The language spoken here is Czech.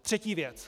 Třetí věc.